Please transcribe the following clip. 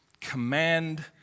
command